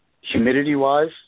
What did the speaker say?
Humidity-wise